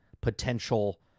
potential